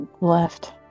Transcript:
left